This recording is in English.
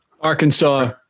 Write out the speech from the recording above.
Arkansas